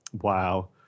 Wow